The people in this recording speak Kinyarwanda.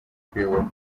kuyobora